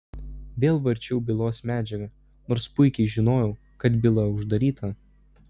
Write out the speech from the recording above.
vėl varčiau bylos medžiagą nors puikiai žinojau kad byla uždaryta